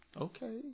Okay